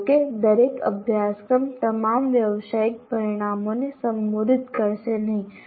જો કે દરેક અભ્યાસક્રમ તમામ વ્યાવસાયિક પરિણામોને સંબોધિત કરશે નહીં